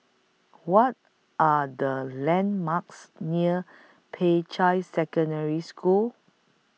What Are The landmarks near Peicai Secondary School